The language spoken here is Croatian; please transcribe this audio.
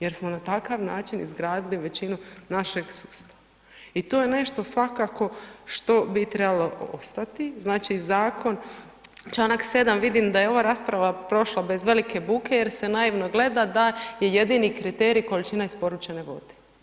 Jer smo na takav način izgradili većinu našeg sustava i to je nešto svakako što bi trebalo ostati, znači zakon, čl. 7 vidim da je ova rasprava prošla bez velike buke jer se naivno gleda da je jedini kriterij količina isporučene vode.